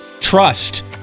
Trust